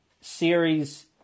series